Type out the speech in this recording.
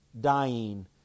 dying